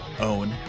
own